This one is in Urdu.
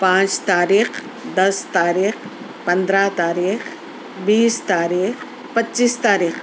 پانچ تاریخ دس تاریخ پندرہ تاریخ بیس تاریخ پچیس تاریخ